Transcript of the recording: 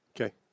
Okay